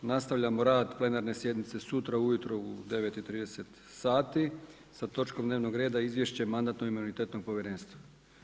Nastavljamo rad plenarne sjednice sutra ujutro u 9,30 sati, sa točkom dnevnog reda Izvješće Mandatno-imunitetnog povjerenstva.